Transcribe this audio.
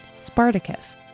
Spartacus